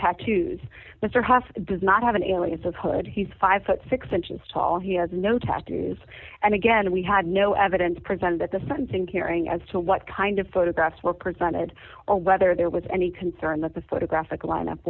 tattoos mr haas does not have an alias of hood he's five foot six inches tall he has no tattoos and again we had no evidence presented that the sense in caring as to what kind of autographs were presented or whether there was any concern that the photographic lineup